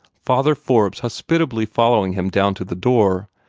father forbes hospitably following him down to the door,